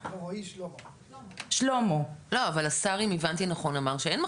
לא, אבל השר אם הבנתי נכון אמר שאין מחסור,